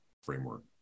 Framework